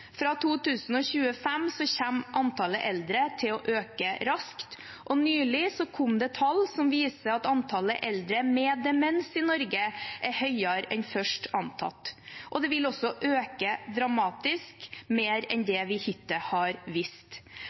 Fra 2025 kommer antallet eldre til å øke raskt. Nylig kom det tall som viser at antallet eldre med demens i Norge er høyere enn først antatt, og det vil også øke dramatisk – mer enn det vi hittil har visst.